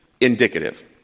indicative